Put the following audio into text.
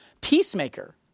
peacemaker